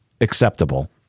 acceptable